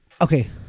okay